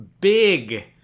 big